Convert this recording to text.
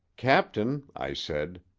captain i said,